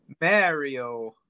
Mario